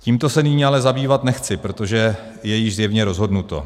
Tímto se nyní ale zabývat nechci, protože je již zjevně rozhodnuto.